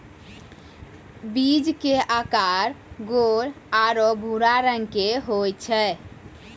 बीज के आकार गोल आरो भूरा रंग के होय छै